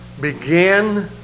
begin